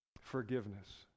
forgiveness